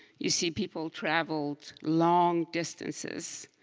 you see people traveled long distances.